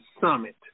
Summit